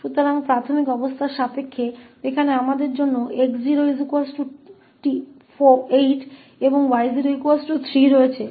इसलिए यहां प्रारंभिक शर्तों के अधीन हमारे पास 𝑥 8 और 𝑦 3 है